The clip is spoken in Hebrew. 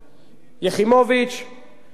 לפיד, רמון,